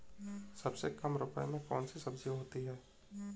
सबसे कम रुपये में कौन सी सब्जी होती है?